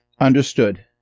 Understood